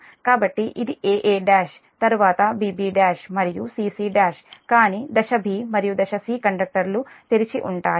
కాబట్టి ఇది a a1 తరువాత b b1 మరియు c c1 కానీ దశ 'b' మరియు దశ 'c' కండక్టర్లు తెరిచి ఉంటాయి